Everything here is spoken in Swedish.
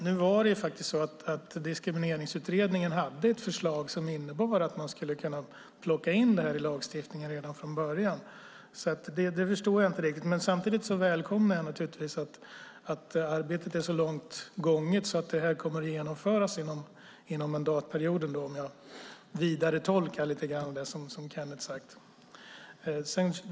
Herr talman! Diskrimineringsutredningen hade faktiskt ett förslag som innebar att man skulle ha kunnat plocka in det här i lagstiftningen redan från början. Därför förstår jag inte riktigt detta. Men samtidigt välkomnar jag naturligtvis att arbetet är så långt gånget att det här kommer att genomföras under mandatperioden, om jag vidaretolkar det som Kenneth sade lite grann.